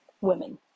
women